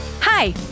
Hi